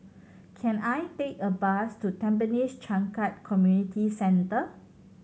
can I take a bus to Tampines Changkat Community Centre